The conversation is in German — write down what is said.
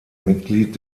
mitglied